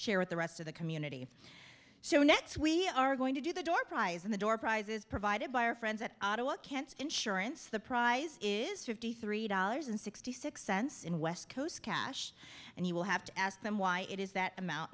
share with the rest of the community so next we are going to do the door prize and the door prizes provided by our friends at ottawa can't insurance the prize is fifty three dollars and sixty six cents in west coast cash and you will have to ask them why it is that amount